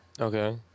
Okay